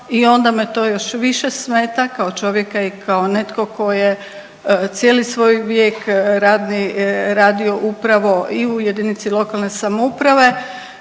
i onda me to još više smeta kao čovjeka i kao netko tko je cijeli svoj vijek radni radio upravo i u jedinici lokalne samouprave,